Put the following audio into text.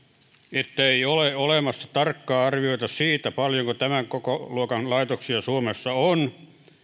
ei ole olemassa tarkkaa arviota siitä paljonko tämän kokoluokan laitoksia suomessa on